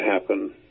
happen